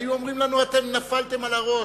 היו אומרים לנו: אתם נפלתם על הראש.